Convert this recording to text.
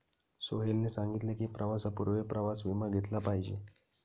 सोहेलने सांगितले की, प्रवासापूर्वी प्रवास विमा घेतला पाहिजे